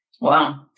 Wow